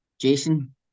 Jason